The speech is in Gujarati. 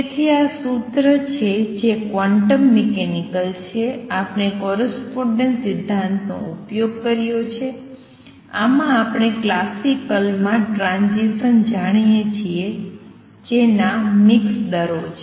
તેથી આ સૂત્ર છે જે ક્વોન્ટમ મિકેનિકલ છે આપણે કોરસ્પોંડેન્સ સિદ્ધાંતનો ઉપયોગ કર્યો છે આમાં આપણે ક્લાસિકલ માં ટ્રાંઝીસન જાણીએ છીએ જેના મિક્સ દરો છે